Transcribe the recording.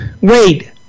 Wait